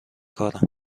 کارم